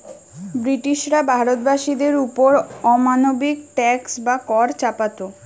ব্রিটিশরা ভারতবাসীদের ওপর অমানবিক ট্যাক্স বা কর চাপাত